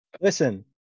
Listen